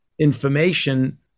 information